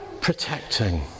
protecting